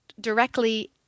directly